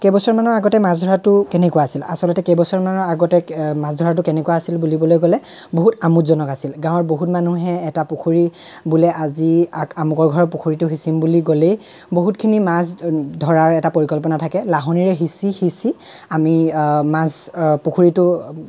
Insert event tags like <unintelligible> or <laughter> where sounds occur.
কেইবছৰমান আগতে মাছ ধৰাতো কেনেকুৱা আছিল আচলতে কেইবছৰমানৰ আগতে মাছ ধৰাটো কেনেকুৱা আছিল বুলিলৈ গ'লে বহুত আমোদজনক আছিল গাঁৱত বহুত মানুহে এটা পুখুৰী বোলে আজি আ আমুকৰ ঘৰৰ পুখুৰীটো সিঁচিম বুলি গ'লেই বহুতখিনি মাছ <unintelligible> ধৰাৰ এটা পৰিকল্পনা থাকে লাহনিৰে সিঁচি সিঁচি আমি মাছ পুখুৰীতো